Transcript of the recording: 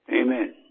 Amen